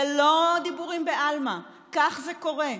זה לא דיבורים בעלמא, כך זה קורה.